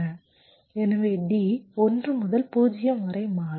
எனவே D 1 முதல் 0 வரை மாறும்